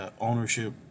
ownership